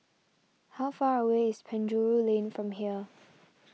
how far away is Penjuru Lane from here